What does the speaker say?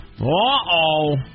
Uh-oh